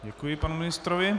Děkuji panu ministrovi.